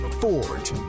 Ford